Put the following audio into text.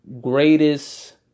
greatest